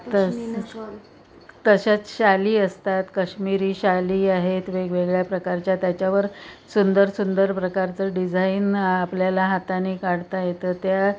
तस तशाच शाली असतात कश्मीरी शाली आहेत वेगवेगळ्या प्रकारच्या त्याच्यावर सुंदर सुंदर प्रकारचं डिझाईन आपल्याला हाताने काढता येतं त्या